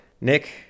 Nick